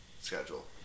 schedule